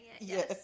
yes